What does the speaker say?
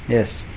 yes.